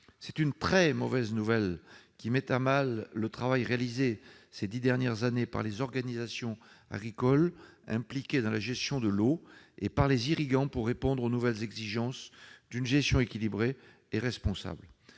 d'une très mauvaise nouvelle, qui met à mal le travail réalisé ces dix dernières années par les organisations agricoles impliquées dans la gestion de l'eau et par les irrigants pour répondre aux nouvelles exigences d'une gestion équilibrée et responsable